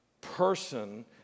person